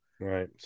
Right